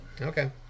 Okay